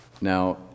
Now